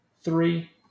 three